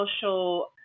social